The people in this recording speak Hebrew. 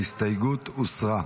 ההסתייגות הוסרה.